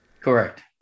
Correct